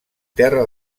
terra